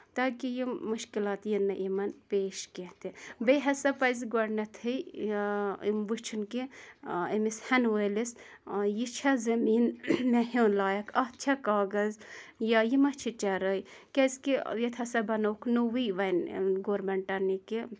تاکہِ یِم مُشکِلات یِنۍ نہٕ یِمن پیش کیٚنہہ تہِ بیٚیہِ ہسا پَزِ گۄڈٕنیٚتھٕے یا وُچھُن کہِ أمِس ہیٚنہٕ وٲلِس یہِ چھا زٔمیٖن مےٚ ہیٚون لایَق اَتھ چھا کاغذ یا یہِ ما چھِ چرٲے کیٛازِ کہِ یَتھ ہسا بَناوُکھ نوٚوُے وۅنۍ گورمیٚنٛٹَن یہِ کہِ